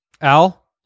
Al